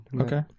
okay